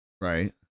Right